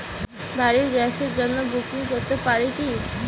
বাড়ির গ্যাসের জন্য বুকিং করতে পারি কি?